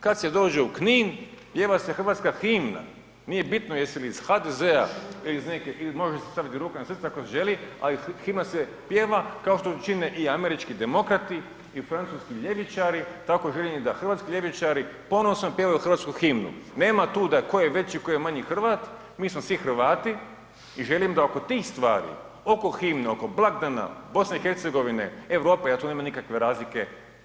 kad se dođe u Knin, pjeva se hrvatska himna, nije bitno jesi li iz HDZ-a ili iz neke, ili može se staviti ruka na srce ako se želi, ali himna se pjeva kao što to čine i američki demokrati i francuski ljevičari, tako želim i da hrvatski ljevičari ponosno pjevaju hrvatsku himnu, nema tu da tko je veći, tko je manji Hrvat, mi smo svi Hrvati i želim da oko tih stvari, oko himne, oko blagdana, BiH, Europe, da tu nema nikakve razlike velike.